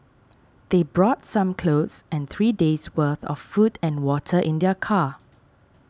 they brought some clothes and three days' worth of food and water in their car